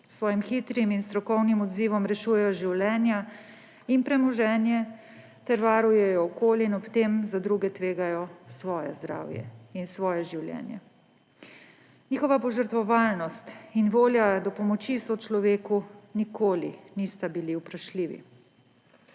S svojim hitrim in strokovnim odzivom rešujejo življenja in premoženje ter varujejo okolje in ob tem za druge tvegajo svoje zdravje in svoje življenje. Njihova požrtvovalnost in volja do pomoči sočloveku nikoli nista bili vprašljivi.